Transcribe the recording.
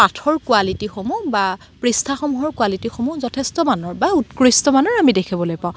পাঠৰ কোৱালিটিসমূহ বা পৃষ্ঠাসমূহৰ কোৱালিটিসমূহ যথেষ্টমানৰ বা উৎকৃষ্টমানৰ আমি দেখিবলৈ পাওঁ